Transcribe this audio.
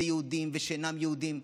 זה יהודים ושאינם יהודים,